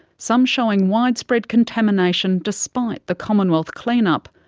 some showing widespread contamination despite the commonwealth clean-up.